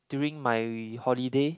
during my holiday